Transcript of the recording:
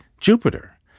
Jupiter